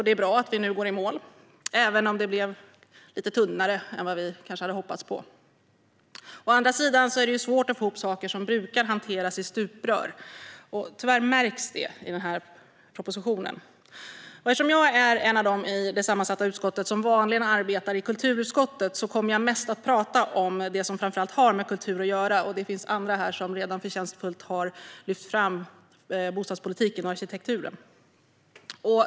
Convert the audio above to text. Det är bra att vi nu går i mål, även om det blev lite tunnare än vi hade hoppats på. Å andra sidan är det svårt att få ihop saker som brukar hanteras i stuprör, vilket tyvärr märks i denna proposition. Eftersom jag är en av dem i det sammansatta utskottet som vanligen arbetar i kulturutskottet kommer jag mest att tala om det som framför allt har med kultur att göra. Det finns andra här som redan på ett förtjänstfullt sätt har lyft fram bostadspolitiken och arkitekturen.